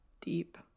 deep